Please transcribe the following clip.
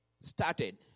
started